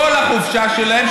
כל החופשה שלהם,